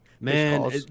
Man